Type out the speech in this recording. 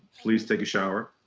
please take a shower.